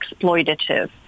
exploitative